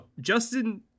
Justin